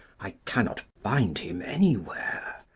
i cannot find him anywhere.